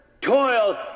toiled